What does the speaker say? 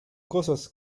cosas